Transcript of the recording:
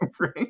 Right